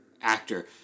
actor